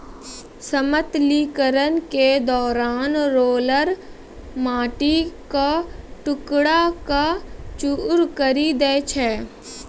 समतलीकरण के दौरान रोलर माटी क टुकड़ा क चूर करी दै छै